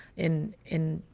in in,